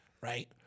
right